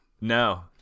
no